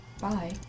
Bye